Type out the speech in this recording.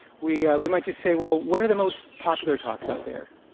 we we might just say, well, what are the most popular talks out there?